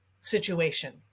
situation